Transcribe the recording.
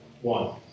one